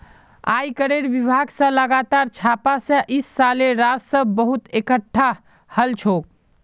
आयकरेर विभाग स लगातार छापा स इस सालेर राजस्व बहुत एकटठा हल छोक